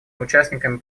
участниками